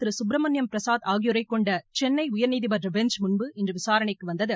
திரு சுப்பிரமணியம் பிரசாத் ஆகியோரை கொண்ட சென்னை உயர்நீதிமன்ற பெஞ்ச் முன்பு இன்று விசாரணைக்கு வந்தது